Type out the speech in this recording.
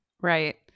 Right